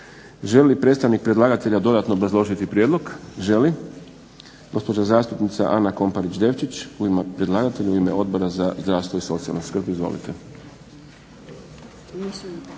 li predstavnik predlagatelja dodatno obrazložiti prijedlog? Želi. Gospođa zastupnica Ana Komparić Devčić u ime predlagatelja u ime Odbora za zdravstvo i socijalnu skrb. Izvolite.